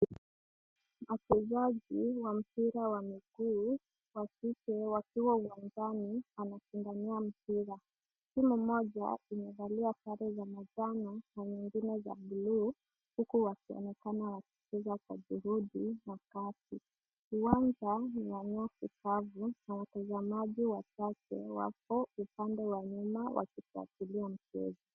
Wachezaji wa mpira wa miguu wakike wakiwa uwanjani wanashindania mpira. Timu moja imevalia sare za majani na nyingine za blue huku wakionekana wakicheza kwa juhudi na kasi. Uwanja ni wa nyasi kavu na watazamaji wachache wapo upande wa nyuma wakifuatilia mchezo.